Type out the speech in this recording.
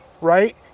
right